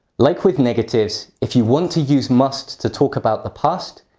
like with negatives, if you want to use must to talk about the past,